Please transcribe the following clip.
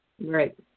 Right